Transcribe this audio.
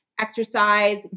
Exercise